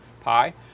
pi